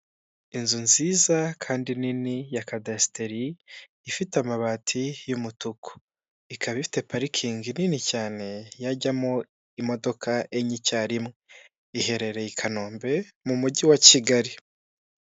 Inzu nziza kandi nini ya kadasiteri, ifite amabati y'umutuku, ikaba ifite parikingi nini cyane yajyamo imodoka enye icyarimwe, iherereye i Kanombe, mu Mujyi wa Kigali.